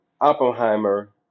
Oppenheimer